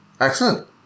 Excellent